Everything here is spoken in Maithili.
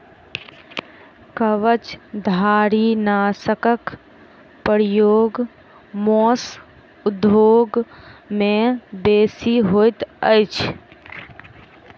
कवचधारीनाशकक प्रयोग मौस उद्योग मे बेसी होइत अछि